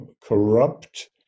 corrupt